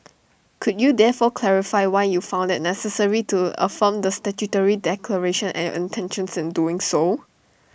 could you therefore clarify why you found IT necessary to affirm the statutory declaration and intentions in doing so